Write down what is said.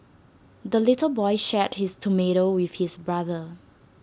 the little boy shared his tomato with his brother